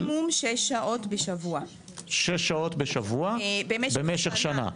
מינימום שש שעות בשבוע במשך שנה.